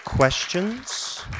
Questions